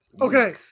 Okay